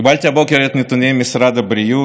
אתמול אני קיבלתי אין-ספור הודעות